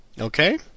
Okay